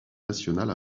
nationale